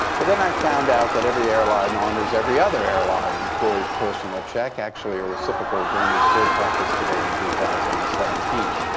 but then i found out that every airline honors every other airline employee's personal check. actually, a reciprocal agreement still practiced today in two thousand and seventeen.